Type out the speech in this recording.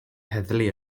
heddlu